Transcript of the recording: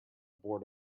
board